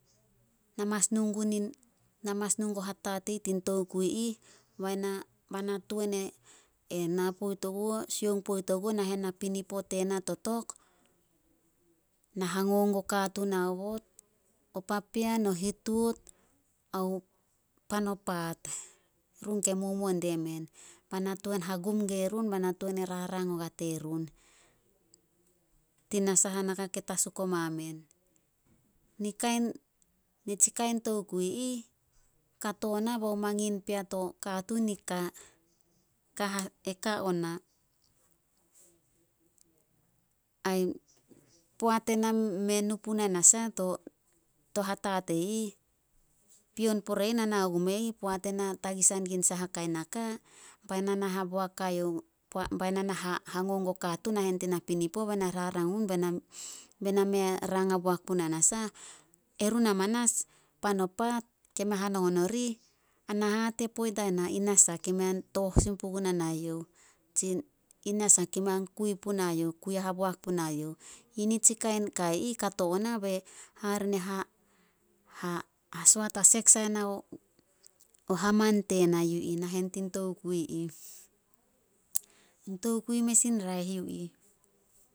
Na mas nu gun na mas nu guo hatatei tin tokui ih. Bai na- ba na tuan e sioung poit oguo nahen tin na pinipo tena totok. Na hango guo katun aobot, o papean, o hituot ao pan o paat, run ke momuo die men. Bai na tuan hagum gue run bai na tuan e rarang ogua terun. Tina saha naka ke tasuk oma men. Nitsi kain tokui ih, kato na bo mangin pea to katuun i ka. Ain poat ena mei nu puna nasah to hatatei ih, pion pore ih na nao gume ih, poat ena tagisan gun saha naka, bai na na ha- hango guo katuun nahen na pinapo bai na rarang ogun be na- be na mei rang haboak puna nasah, erun amanas, pan o paat ke me hanongon orih na hate poit dia na, i nasah kei mei an tooh sin puguna nai youh, tsi i nasah ke mei kui punai youh, kui haboak punai youh. Yi nitsi kain ka ih kato na be ha- ha hasoat hasek sai nao haman tena nahen tin tokui ih. In tokui mes in raeh yu ih.